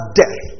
death